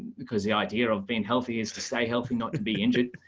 because the idea of being healthy is to stay healthy not to be injured.